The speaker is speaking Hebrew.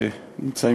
שנמצא,